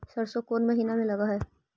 सरसों कोन महिना में लग है?